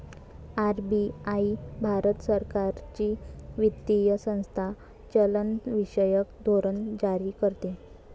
RBI भारत सरकारची वित्तीय संस्था चलनविषयक धोरण जारी करते